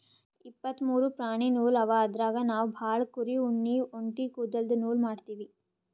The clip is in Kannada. ಇಪ್ಪತ್ತ್ ಮೂರು ಪ್ರಾಣಿ ನೂಲ್ ಅವ ಅದ್ರಾಗ್ ನಾವ್ ಭಾಳ್ ಕುರಿ ಉಣ್ಣಿ ಒಂಟಿ ಕುದಲ್ದು ನೂಲ್ ಮಾಡ್ತೀವಿ